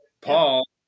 Paul